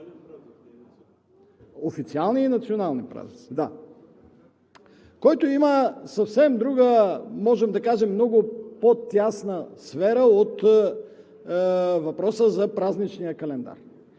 Официални и национални празници – да, който има съвсем друга, можем да кажем много по-тясна сфера от въпроса за празничния календар.